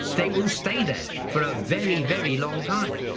they will stay there for a very, very long time.